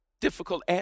difficult